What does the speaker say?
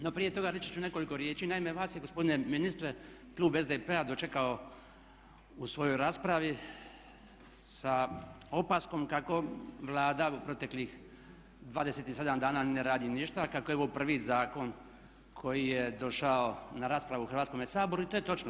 No prije toga reći ću nekoliko riječi, naime, vas je gospodine ministre klub SDP-a dočekao u svojoj raspravi sa opaskom kako Vlada u proteklih 27 dana ne radi ništa, kako je ovo prvi zakon koji je došao na raspravu u Hrvatskome saboru i to je točno.